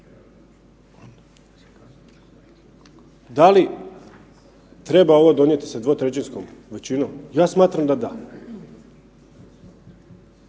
Da li treba ovo donijeti sa dvotrećinskom većinom? Ja smatram da da.